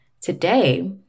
today